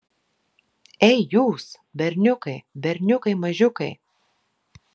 ei jūs berniukai berniukai mažiukai